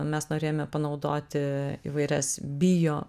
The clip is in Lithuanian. mes norėjome panaudoti įvairias bio